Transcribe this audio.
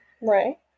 Right